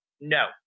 No